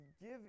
give